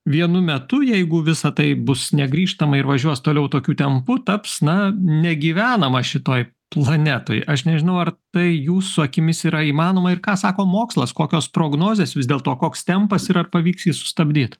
vienu metu jeigu visa tai bus negrįžtamai ir važiuos toliau tokiu tempu taps na negyvenama šitoj planetoj aš nežinau ar tai jūsų akimis yra įmanoma ir ką sako mokslas kokios prognozės vis dėl to koks tempas ir ar pavyks jį sustabdyt